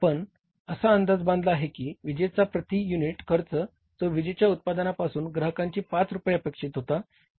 आपण सा अंदाज बांधला आहे की विजेचा प्रती युनिट खर्च जो विजेच्या उत्पादनापासून ग्राहकांसाठी पाच रुपये अपेक्षित होता